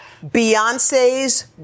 Beyonce's